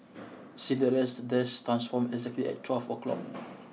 Cinderella's dress transformed exactly at twelve o'clock